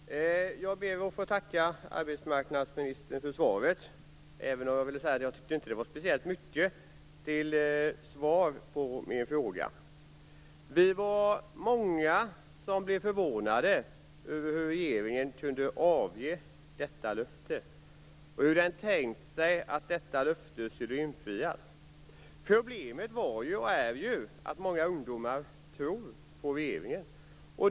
Fru talman! Jag ber att få tacka arbetsmarknadsministern för svaret, även om jag inte tycker att det var speciellt mycket till svar på min interpellation. Vi var många som blev förvånade över hur regeringen kunde avge detta löfte och som undrade hur den tänkt sig att detta löfte skulle infrias. Problemet var ju, och är ju, att många ungdomar tror på regeringen.